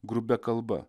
grubia kalba